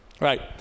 Right